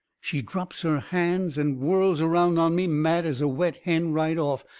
she drops her hands and whirls around on me, mad as a wet hen right off.